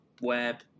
web